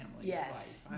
Yes